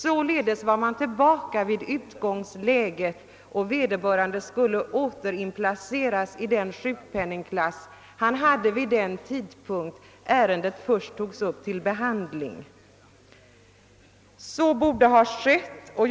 Således var man tillbaka i utgångsläget, och vederbörande skulle återinplaceras i den sjuk penningklass han hade vid den tidpunkt då ärendet först togs upp till behandling. Så borde också ha blivit fallet.